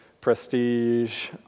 prestige